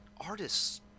artists